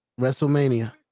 Wrestlemania